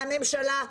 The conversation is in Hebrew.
שהממשלה,